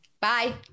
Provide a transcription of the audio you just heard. Bye